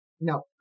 No